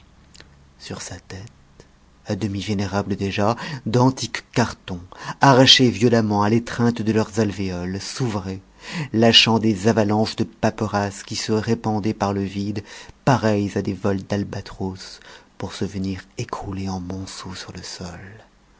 sur sa tête à demi vénérable déjà d'antiques cartons arrachés violemment à l'étreinte de leurs alvéoles s'ouvraient lâchant des avalanches de paperasses qui se répandaient par le vide pareilles à des vols d'albatros pour se venir écrouler en monceaux sur le sol